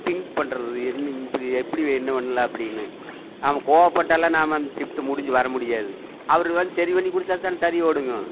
thing பண்ணுறது இது எப்படி என்ன பண்லாம் அப்படின்னு நாம் கோபப்பட்டாலும் நாம் அந்த ஷிப்ட்டு முடிஞ்சு வர முடியாது அவர் வந்து சரி பண்ணி கொடுத்தா தான் தறி ஓடுங்க